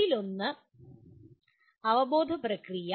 അതിലൊന്നാണ് അവബോധന പ്രക്രിയ